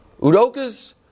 Udoka's